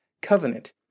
covenant